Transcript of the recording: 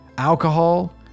Alcohol